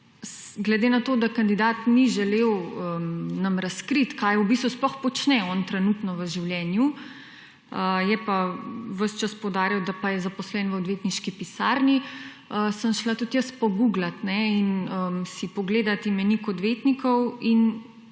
glede na to, da kandidat ni želel nam razkriti kaj v bistvu sploh počne on trenutno v življenju, je pa ves čas poudarjal, da pa je zaposlen v odvetniški pisarni, sem šla tudi jaz poguglat in si pogledati imenik odvetnikov in